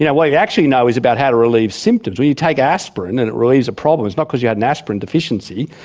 yeah what we actually know is about how to relieve symptoms. when you take aspirin and it relieves a problem, it's not because you had an aspirin deficiency,